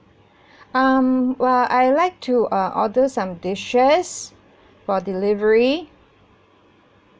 um well I like to uh order some dishes for delivery